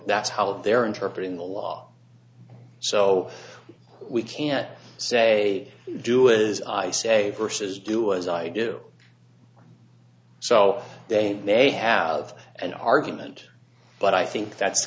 that's how they're interpreted in the law so we can say do is i say verses do as i do so they may have an argument but i think that's